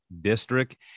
District